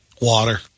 Water